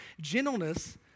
gentleness